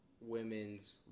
women's